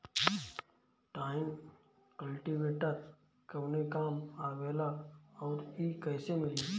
Tine cultivator कवने काम आवेला आउर इ कैसे मिली?